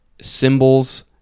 symbols